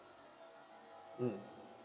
mm